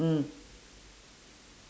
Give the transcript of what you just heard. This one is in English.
mm